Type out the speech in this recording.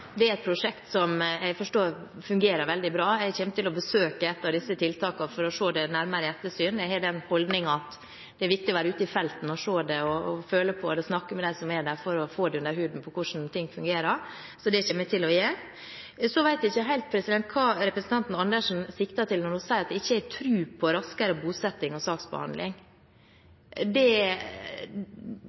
et prosjekt som jeg forstår fungerer veldig bra, og jeg kommer til å besøke ett av disse tiltakene for å ta det nærmere i øyesyn. Jeg har den holdningen at det er viktig å være ute i felten og se det, føle på det og snakke med dem som er der, for å få under huden hvordan ting fungerer – så det kommer jeg til å gjøre. Jeg vet ikke helt hva representanten Karin Andersen sikter til når hun sier at jeg ikke har tro på raskere bosetting og saksbehandling. Jeg skjønner ikke hva det